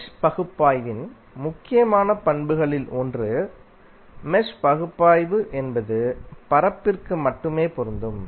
mesh பகுப்பாய்வின் முக்கியமான பண்புகளில் ஒன்று மெஷ் பகுப்பாய்வு என்பது பரப்பிற்கு மட்டுமே பொருந்தும்